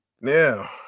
Now